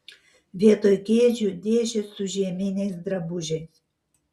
vietoj kėdžių dėžės su žieminiais drabužiais